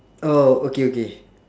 oh okay okay